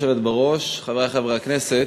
גברתי היושבת בראש, חברי חברי הכנסת,